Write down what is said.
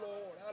Lord